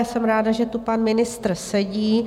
Jsem ráda, že tu pan ministr sedí.